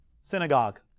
synagogue